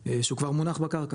שהוא כבר מונח בקרקע